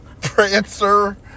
prancer